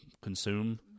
consume